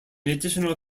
additional